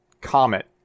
comet